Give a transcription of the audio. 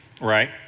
right